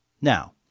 Now